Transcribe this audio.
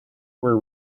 were